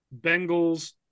Bengals